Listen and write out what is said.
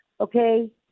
okay